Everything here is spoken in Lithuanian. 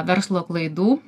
verslo klaidų